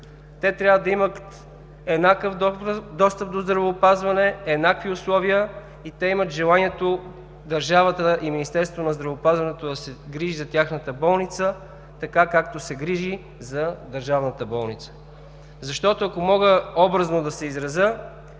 те трябва да имат еднакъв достъп до здравеопазване, еднакви условия и те имат желанието държавата и Министерството на здравеопазването да се грижат за тяхната болница така, както се грижи за държавната болница. Ако мога образно да се изразя,